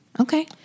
Okay